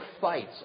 fights